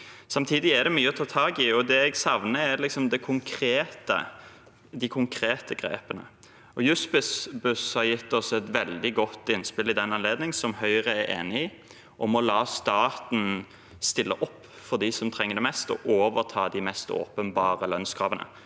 Samtidig er det mye å ta tak i, og det jeg savner, er de konkrete grepene. Jussbuss har gitt oss et veldig godt innspill i den anledning, som Høyre er enig i, om å la staten stille opp for dem som trenger det mest, og overta de mest åpenbare lønnskravene.